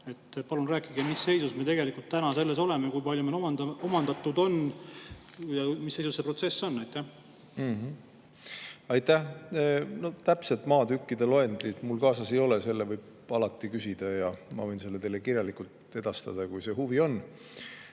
Palun rääkige, mis seisus me oleme, kui palju meil omandatud on ja mis seisus see protsess on. Aitäh! Täpset maatükkide loendit mul kaasas ei ole, seda võib alati küsida ja ma võin selle teile kirjalikult edastada, kui huvi on.